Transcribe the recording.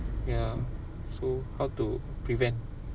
ya so how to prevent